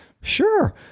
sure